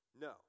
no